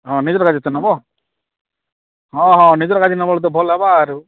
ହଁ ନିଜର କାଜେ ଥେ ନବ ହଁ ହଁ ନିଜର କାଜେ ନବ ବୋଲି ତ ଭଲ ହବା ଆରୁ